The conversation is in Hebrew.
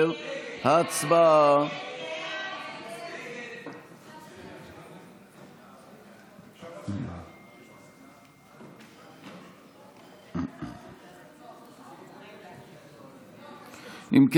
10. הצבעה.